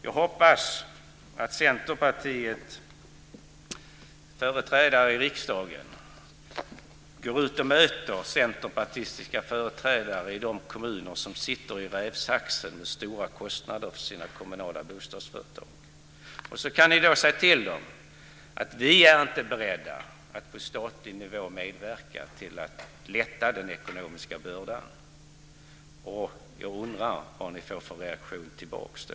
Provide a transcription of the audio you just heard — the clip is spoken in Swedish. Jag hoppas att Centerpartiets företrädare i riksdagen går ut och möter centerpartistiska företrädare i de kommuner som sitter i rävsaxen och har stora kostnader för sina kommunala bostadsföretag. Då kan ni säga till dem: Vi är inte beredda att medverka till att på statlig nivå lätta den ekonomiska bördan. Jag undrar vad ni får för reaktion tillbaka då.